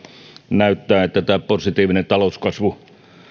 näyttää että tämä positiivinen talouskasvu